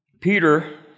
peter